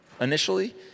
initially